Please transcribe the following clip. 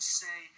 say